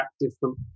different